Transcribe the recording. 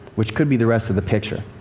which could be the rest of the picture.